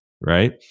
right